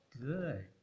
Good